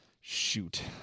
Shoot